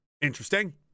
interesting